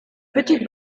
petite